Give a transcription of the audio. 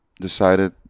decided